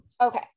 okay